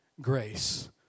grace